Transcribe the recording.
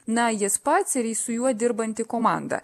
na jis pats ir su juo dirbanti komanda